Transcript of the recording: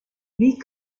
wie